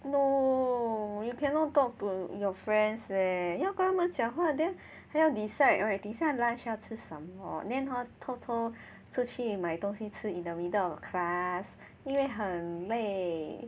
no you cannot talk to your friends leh 要跟他们讲话 then 还要 decide right 等一下 lunch 要吃什么 then hor 偷偷出去买东西吃 in the middle of the class 因为很累